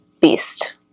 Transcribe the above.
beast